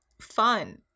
fun